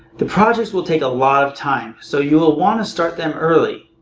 the projects will take a lot of time, so you will want to start them early.